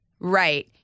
Right